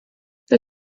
the